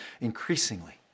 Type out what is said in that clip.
increasingly